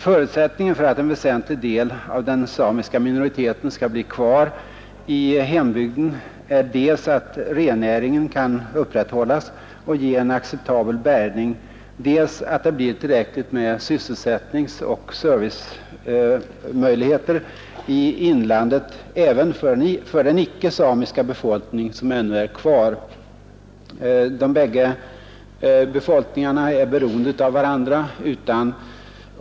Förutsättningen för att en väsentlig del av den samiska minoriteten skall bli kvar i hembygden är dels att rennäringen kan upprätthållas och ge en acceptabel bärgning, dels att det blir tillräckligt med sysselsättning och serviceanordningar i inlandet även för den icke-samiska befolkning som ännu är kvar. De bägge befolkningarna är beroende av varandra.